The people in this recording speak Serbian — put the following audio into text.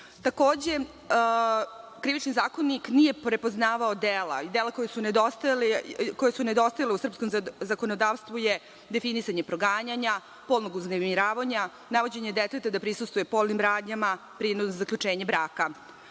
doma. Takođe, Krivični zakonik nije prepoznavao dela i dela koja su nedostajala u srpskom zakonodavstvu je definisanje proganjanja, polnog uznemiravanja, navođenje deteta da prisustvuje polnim radnjama, prinudno zaključenje